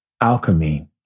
alchemy